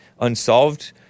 unsolved